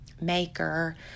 Maker